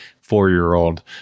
four-year-old